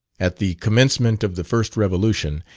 at the commencement of the first revolution,